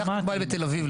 קח לדוגמה בתל אביב,